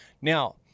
Now